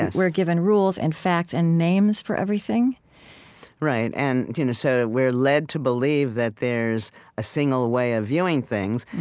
and we're given rules and facts and names for everything right, and you know so we're led to believe that there's a single way of viewing things,